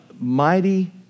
Mighty